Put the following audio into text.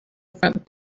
front